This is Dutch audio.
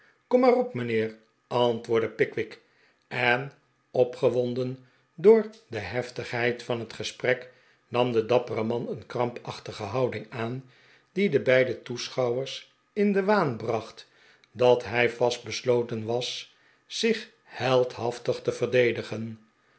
kom maar op mijnheer antwoordde pickwick en op gewonden door de heftigheid van het gesprek nam de dappere man een krampachtige houding aan die de beide toeschouwers in den waan bracht dat hij vastbesloten was zich heldhaftig te verdedigen